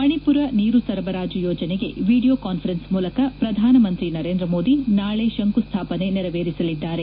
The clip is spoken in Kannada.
ಮಣಿಪುರ ನೀರು ಸರಬರಾಜು ಯೋಜನೆಗೆ ವಿಡಿಯೋ ಕಾನ್ವರೆನ್ಸ್ ಮೂಲಕ ಪ್ರಧಾನಮಂತ್ರಿ ನರೇಂದ್ರ ಮೋದಿ ನಾಳೆ ಶಂಕುಸ್ದಾಪನೆ ನೆರವೇರಿಸಲಿದ್ದಾರೆ